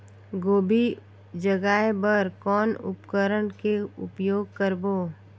गोभी जगाय बर कौन उपकरण के उपयोग करबो?